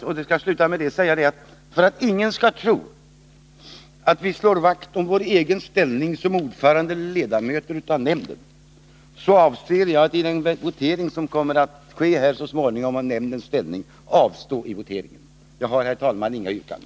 Jag vill sluta med att säga att för att ingen skall tro att vi slår vakt om vår egen ställning — som ordförande eller som ledamot av nämnden — avser vi att vid den votering som så småningom kommer att företas om nämndens ställning avstå från att rösta. Jag har, herr talman, inget yrkande.